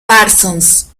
parsons